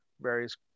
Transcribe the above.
various